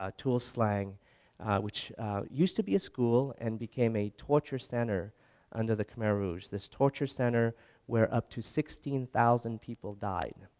ah tuol sleng which used to be a school and became a torture center under the khmer rouge. this torture center where up to sixteen thousand people died,